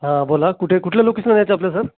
हां बोला कुठे कुठल्या लोकेशनला जायचं आहे आपल्याला सर